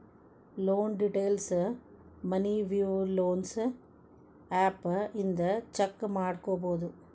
loan ಡೇಟೈಲ್ಸ್ನ Money View loans app ಇಂದ check ಮಾಡ್ಕೊಬೋದು